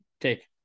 take